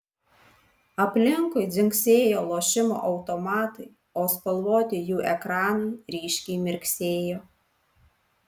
aplinkui dzingsėjo lošimo automatai o spalvoti jų ekranai ryškiai mirksėjo